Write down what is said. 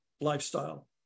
lifestyle